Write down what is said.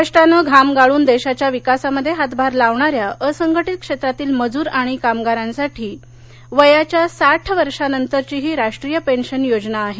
कष्टाने घाम गाळून देशाच्या विकासामध्ये हातभार लावणाऱ्या असंघटित क्षेत्रातील मजूर आणि कामगारांसाठी वयाच्या साठ वर्षानंतरची ही राष्ट्रीय पेन्शन योजना आहे